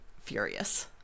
furious